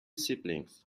siblings